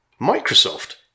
Microsoft